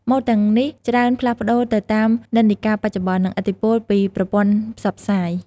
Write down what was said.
ម៉ូដទាំងនេះច្រើនផ្លាស់ប្តូរទៅតាមនិន្នាការបច្ចុប្បន្ន និងឥទ្ធិពលពីប្រព័ន្ធផ្សព្វផ្សាយ។